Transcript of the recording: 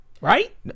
Right